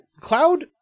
Cloud